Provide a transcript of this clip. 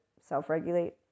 self-regulate